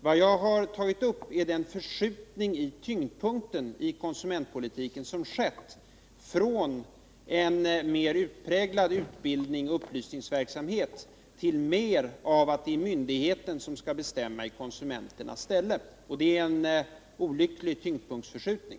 Vad jag har tagit upp är den förskjutning i tyngdpunkten i konsumentpolitiken som har skett från en mer utpräglad utbildnings och upplysningverksamhet till att det är myndigheten som skall bestämma i konsumenternas ställe. Detta är en olycklig tyngdpunktsförskjutning.